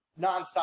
nonstop